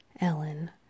Ellen